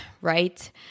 right